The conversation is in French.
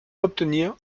obtenir